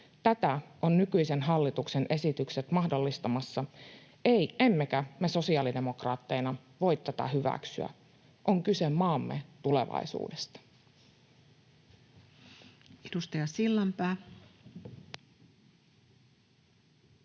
Tätä ovat nykyisen hallituksen esitykset mahdollistamassa, emmekä me sosiaalidemokraatteina voi tätä hyväksyä. On kyse maamme tulevaisuudesta.